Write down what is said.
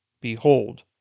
Behold